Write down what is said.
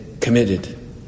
committed